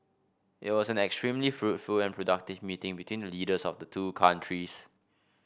it was an extremely fruitful and productive meeting between the leaders of the two countries